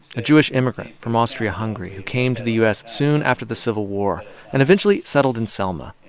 a jewish immigrant from austria-hungary who came to the u s. soon after the civil war and eventually settled in selma.